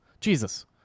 Jesus